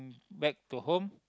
back to home